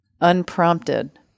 unprompted